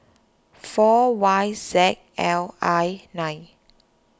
four Y Z L I nine